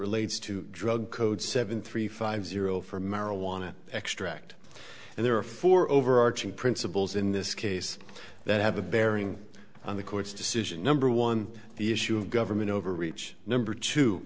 relates to drug code seven three five zero for marijuana extract and there are four overarching principles in this case that have a bearing on the court's decision number one the issue of government overreach number t